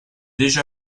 déjà